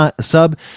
sub